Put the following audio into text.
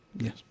Yes